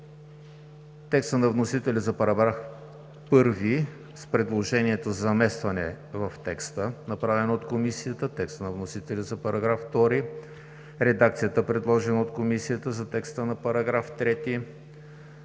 текста на вносителя за § 1, с предложенията за заместване в текста, направено от Комисията; текста на вносителя за § 2; редакцията, предложена от Комисията за текста на § 3;